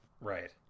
right